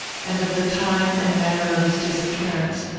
and of the time and manner of his disappearance,